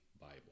Bible